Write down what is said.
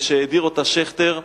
שהעביר אותה שכטר.